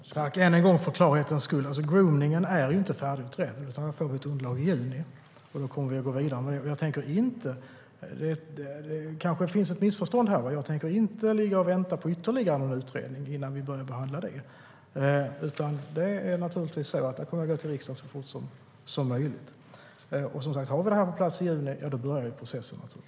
Herr talman! Jag vill än en gång för klarhetens skull säga att gromningen inte är färdigutredd. Där får vi ett underlag i juni, och då tänker vi gå vidare med det. Det kanske finns ett missförstånd här. Jag tänker inte vänta på ytterligare någon utredning innan vi börjar att behandla det. Vi kommer att gå till riksdagen så fort som möjligt. Har vi det på plats i juni börjar vi processen där.